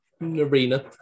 Arena